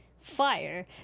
Fire